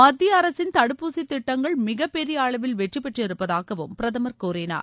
மத்தியஅரசின் தடுப்பூசி திட்டங்கள் மிகப்பெரிய அளவில் வெற்றி பெற்றிருப்பதாகவும் பிரதமர் கூறினார்